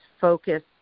focus